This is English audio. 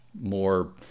more